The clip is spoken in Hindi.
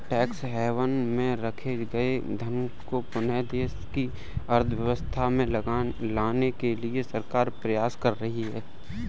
टैक्स हैवन में रखे गए धन को पुनः देश की अर्थव्यवस्था में लाने के लिए सरकार प्रयास कर रही है